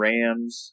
Rams